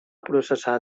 processar